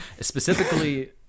specifically